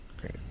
Great